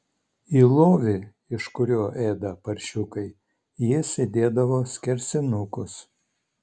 į lovį iš kurio ėda paršiukai jis įdėdavo skersinukus